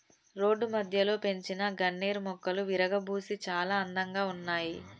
road మధ్యలో పెంచిన గన్నేరు మొక్కలు విరగబూసి చాలా అందంగా ఉన్నాయి